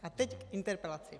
A teď k interpelaci.